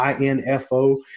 info